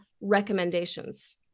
recommendations